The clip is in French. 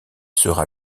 sera